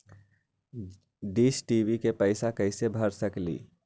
Dish TV के पैईसा कईसे भर सकली?